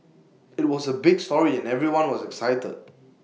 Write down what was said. IT was A big story and everyone was excited